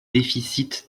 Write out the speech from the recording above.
déficits